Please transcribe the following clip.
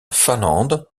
finlande